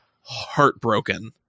heartbroken